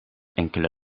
enkele